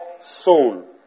soul